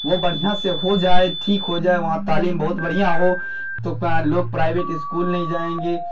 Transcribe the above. وہ بڑھیا سے ہو جائے ٹھیک ہو جائے وہاں تعلیم بہت بڑھیا ہو تو لوگ پرائیوٹ اسکول نہیں جائیں گے